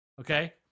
Okay